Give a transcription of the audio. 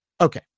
Okay